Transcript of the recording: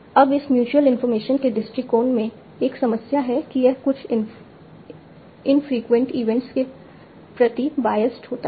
अब इस mutual information के दृष्टिकोण में एक समस्या है कि यह कुछ इनफ्रीक्वेंट इवेंट्स के प्रति बायस्ट होता है